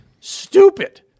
Stupid